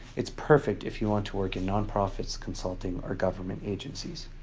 it's perfect if you want to work in nonprofits, consulting, or government agencies.